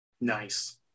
Nice